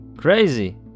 Crazy